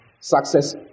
Success